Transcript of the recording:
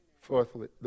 Fourthly